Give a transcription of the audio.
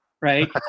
Right